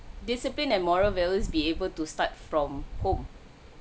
discipline and moral values be able to start from home